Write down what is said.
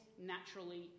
naturally